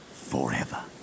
forever